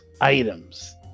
items